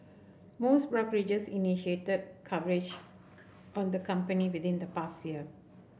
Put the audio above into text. most brokerages initiated coverage on the company within the past year